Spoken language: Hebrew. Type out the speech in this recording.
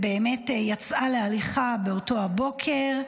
היא יצאה להליכה באותו הבוקר,